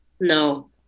no